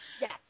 Yes